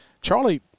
Charlie